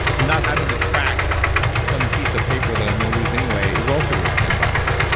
and not having to track some piece of paper that i'm going to lose anyway is also worth ten bucks.